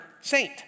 saint